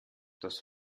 das